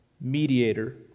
mediator